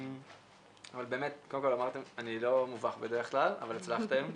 אני לא מובך בדרך כלל, אבל הצלחתם,